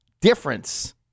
difference